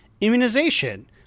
immunization